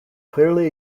clearly